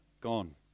gone